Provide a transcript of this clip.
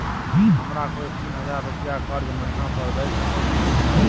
हमरा कोय तीन हजार रुपिया कर्जा महिना पर द सके छै?